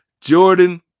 Jordan